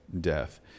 death